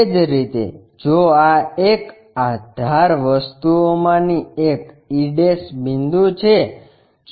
એ જ રીતે જો આ એક આ ધાર વસ્તુઓમાંની એક e બિંદુ છે